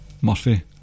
Murphy